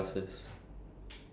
when tomorrow